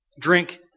Drink